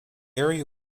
area